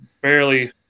barely